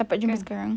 dapat jumpa sekarang